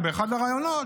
ובאחד הראיונות,